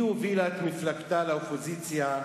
היא הובילה את מפלגתה לאופוזיציה.